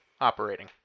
operating